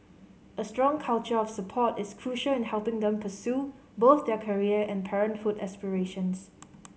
a strong culture of support is crucial in helping them pursue both their career and parenthood aspirations